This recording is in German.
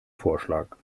vorschlag